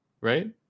right